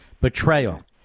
Betrayal